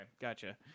Gotcha